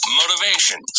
motivation